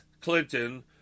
Clinton